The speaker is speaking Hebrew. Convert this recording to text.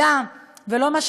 גברים ונשים מסכנים ואומללים.